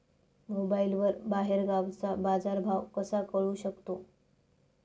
मोबाईलवर बाहेरगावचा बाजारभाव कसा कळू शकतो?